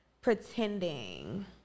pretending